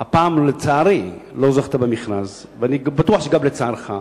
הפעם, לצערי, לא זכתה במכרז, ואני בטוח שגם לצערך,